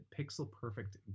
pixel-perfect